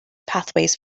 pathways